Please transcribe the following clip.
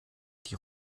die